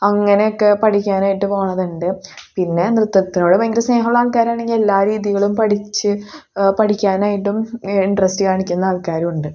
അങ്ങനെയൊക്കെ പഠിക്കാൻ ആയിട്ട് പോണതുണ്ട് പിന്നെ നൃത്തത്തിനോട് ഭയങ്കര സ്നേഹമുള്ള ആൾക്കാരാണെങ്കിൽ എല്ലാ രീതികളും പഠിച്ച് പഠിക്കാനായിട്ടും ഇൻട്രസ്റ്റ് കാണിക്കുന്ന ആൾക്കാരുഉണ്ട്